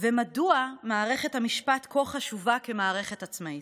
ומדוע מערכת המשפט כה חשובה כמערכת עצמאית.